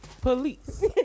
police